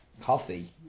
coffee